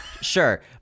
Sure